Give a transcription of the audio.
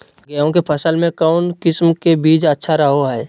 गेहूँ के फसल में कौन किसम के बीज अच्छा रहो हय?